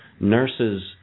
Nurses